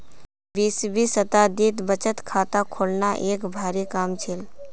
बीसवीं शताब्दीत बचत खाता खोलना एक भारी काम छील